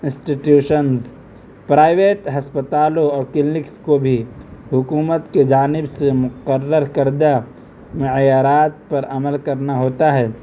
انسٹی tuitions private ہسپتالوں اور کلینکس کو بھی حکومت کی جانب سے مقرر کردہ معیارات پر عمل کرنا ہوتا ہے